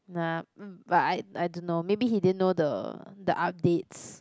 nah mm but I I don't know maybe he didn't know the the updates